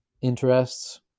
interests